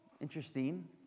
interesting